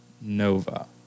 Nova